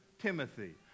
Timothy